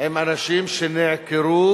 עם אנשים שנעקרו